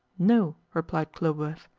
no, replied khlobuev.